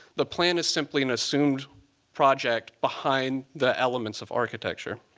the plan is simply an assumed project behind the elements of architecture.